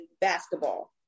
basketball